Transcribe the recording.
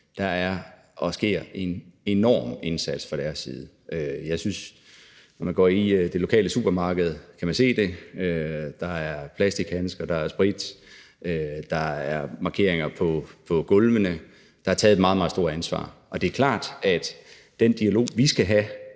at der gøres en enorm indsats fra deres side. Når man går i det lokale supermarked, kan man se det – der er plastikhandsker, der er sprit, og der er markeringer på gulvene. Der er taget et meget, meget stort ansvar. Og det er klart, at vi i forbindelse